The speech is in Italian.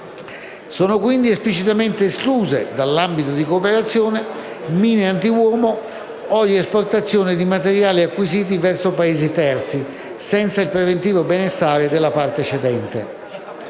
Sono quindi esplicitamente escluse dall'ambito di cooperazione mine antiuomo o l'esportazione di materiali acquisiti verso Paesi terzi senza il preventivo benestare della parte cedente.